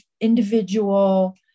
Individual